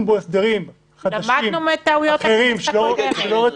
בו הסדרים חדשים אחרים-- למדנו מטעויות הכנסת הקודמת.